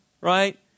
right